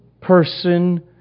person